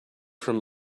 from